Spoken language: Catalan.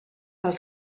pel